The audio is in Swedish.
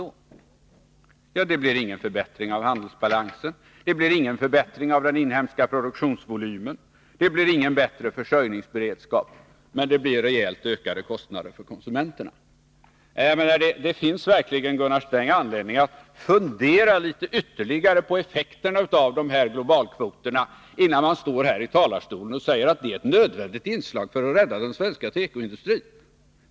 Ja, det blir ingen förbättring av handelsbalansen, ingen förbättring av den inhemska produktionsvolymen, inte någon bättre försörjningsberedskap, men väl rejält ökade kostnader för konsumenterna. Det finns verkligen, Gunnar Sträng, anledning att fundera litet ytterligare på effekterna av dessa globalkvoter, innan man ställer sig i talarstolen och säger att de är ett nödvändigt inslag för att rädda den svenska tekoindustrin.